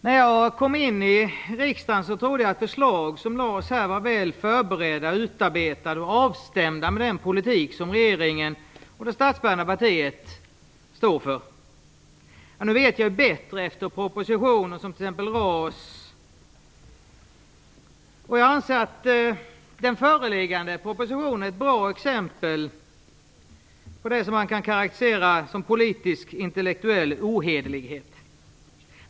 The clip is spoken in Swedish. När jag kom in i riksdagen trodde jag att förslag som läggs fram här är väl förberedda och utarbetade och även avstämda mot den politik som regeringen och det statsbärande partiet står för. Efter propositionen om RAS t.ex. vet jag bättre. Jag anser att föreliggande proposition är ett bra exempel på vad som kan karakteriseras som politisk intellektuell ohederlighet.